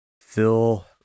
Phil